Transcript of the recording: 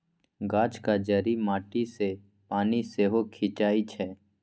गाछक जड़ि माटी सँ पानि सेहो खीचई छै